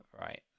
right